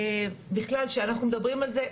בכלל כשאנחנו מדברים על זה,